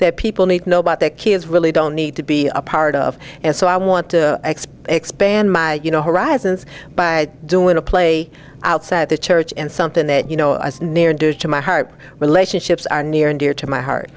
that people need to know about their kids really don't need to be a part of and so i want to expand expand my you know horizons by doing a play outside the church and something that you know as near and dear to my heart relationships are near and dear to my heart